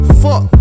fuck